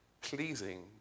pleasing